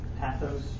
pathos